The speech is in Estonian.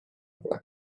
pole